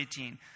18